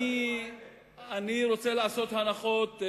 אני רוצה לעשות הנחות.